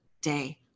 day